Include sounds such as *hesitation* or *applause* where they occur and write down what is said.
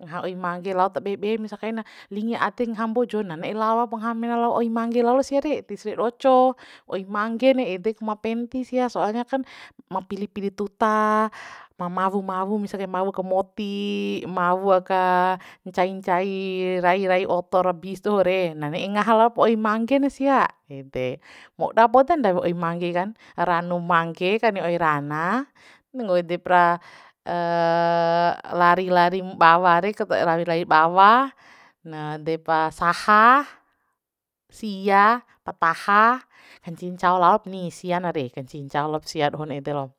Ngaha oi mangge lao tebebe misa kaina lingi ade ngaha mbojo na ne'e lalop ngaha mena lo oi mangge lalo sia re tis re doco oi mangge ni ede kum penti sia soalnya kan ma pili pili tuta ma mawu mawu misa kaim mawu aka moti mawu aka ncai ncai rai rai oto ra bis doho re na ne'e ngaha laop oi mangge na sia ede moda poda ndawi oi mangge kan ranu mangge kani oi rana ngo ede pra *hesitation* lari larim bawa re ka to lari rai bawa na depas saha sia pataha hancihi ncao laop ni sia na re kancihi ncao lop sia dohon ede lo